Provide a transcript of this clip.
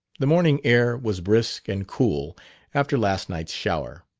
the morning air was brisk and cool after last night's shower.